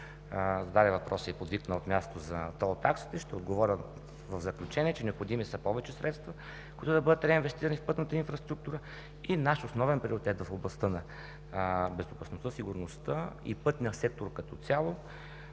зададе въпроса и подвикна от място за тол таксите, ще отговоря в заключение, че са необходими повече средства, които да бъдат реинвестирани в пътната инфраструктура, и наш основен приоритет в областта на безопасността, сигурността и пътния сектор като цяло